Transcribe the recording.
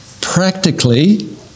practically